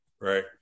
right